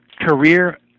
career